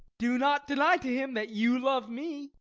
do not deny to him that you love me.